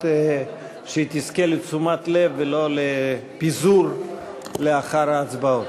שהיא תזכה לתשומת לב ולא לפיזור לאחר ההצבעות.